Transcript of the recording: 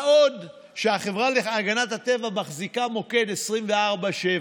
מה עוד שהחברה להגנת הטבע מחזיקה מוקד 24/7